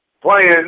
playing